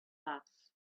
mass